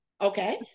Okay